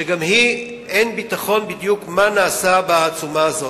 שגם היא, אין ביטחון מה בדיוק נעשה בעצומה הזאת.